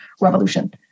revolution